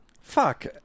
Fuck